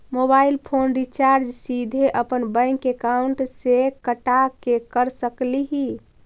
Mobile phone recharge सीधे अपन bank account से कटा के कर सकली ही?